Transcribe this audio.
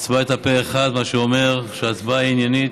ההצבעה הייתה פה אחד, מה שאומר שההצבעה עניינית.